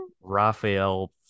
Raphael